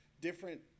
different